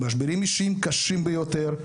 משברים אישיים קשים ביותר,